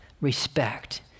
respect